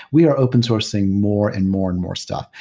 we are open sourcing more and more and more stuff.